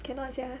cannot sia